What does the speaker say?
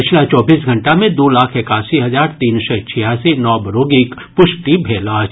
पछिला चौबीस घंटा मे दू लाख एकासी हजार तीन सय छियासी नव रोगीक पुष्टि भेल अछि